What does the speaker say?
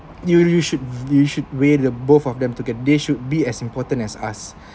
you you should you should weigh the both of them to get they should be as important as us